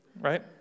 right